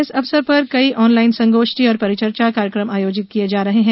इस अवसर पर कई ऑनलाइन संगोष्ठी और परिचर्चा कार्यकम आयोजित किये जा रहे हैं